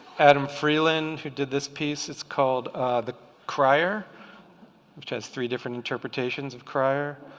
adam freeland who did this piece it's called the crier which has three different interpretations of crier.